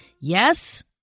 Yes